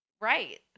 right